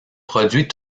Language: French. produit